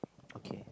okay